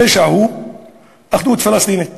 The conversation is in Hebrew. הפשע הוא אחדות פלסטינית